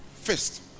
first